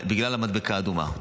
בגלל המדבקה האדומה.